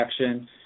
action